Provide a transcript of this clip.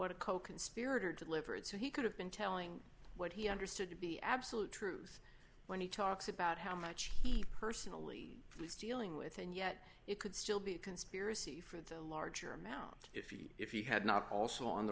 what a coconspirator delivered so he could have been telling what he understood to be absolute truth when he talks about how much he personally was dealing with and yet it could still be a conspiracy for the larger amount if he if he had not also on